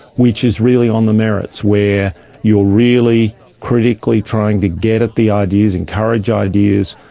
which is really on the merits where you are really critically trying to get at the ideas, encourage ideas,